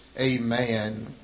amen